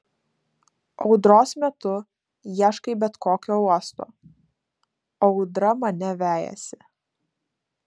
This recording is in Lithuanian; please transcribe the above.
audros metu ieškai bet kokio uosto o audra mane vejasi